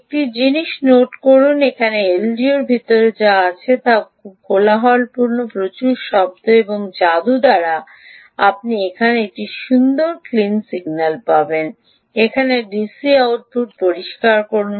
একটি জিনিস নোট করুন এখানে এলডিওর ভিতরে যা আসছে তা খুব কোলাহলপূর্ণ প্রচুর শব্দ এবং যাদু দ্বারা আপনি এখানে একটি সুন্দর ক্লিন সিগন্যাল পাবেন এখানে ডিসি আউটপুট পরিষ্কার করুন